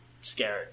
scared